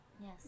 Yes